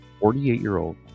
48-year-old